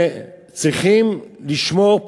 צריכים לשמור,